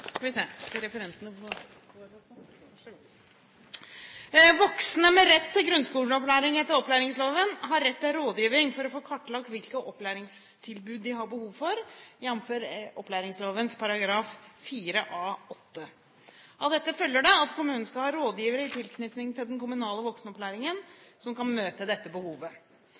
Voksne med rett til grunnskoleopplæring etter opplæringsloven har rett til rådgivning for å få kartlagt hvilket opplæringstilbud de har behov for, jf. opplæringsloven § 4A-8. Av dette følger det at kommunene skal ha rådgivere i tilknytning til den kommunale voksenopplæringen som kan møte dette behovet.